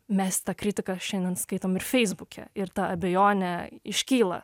mes tą kritiką šiandien skaitome ir feisbuke ir ta abejonė iškyla